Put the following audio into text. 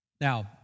Now